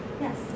Yes